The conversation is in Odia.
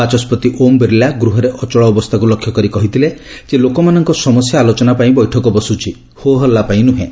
ବାଚସ୍କତି ଓମ୍ ବିର୍ଲା ଗୃହରେ ଅଚଳ ଅବସ୍ଥାକୁ ଲକ୍ଷ୍ୟ କରି କହିଥିଲେ ଯେ ଲୋକମାନଙ୍କ ସମସ୍ୟା ଆଲୋଚନା ପାଇଁ ବୈଠକ ବସୁଛି ହୋହଲ୍ଲା ପାଇଁ ନୁହେଁ